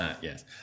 Yes